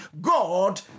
God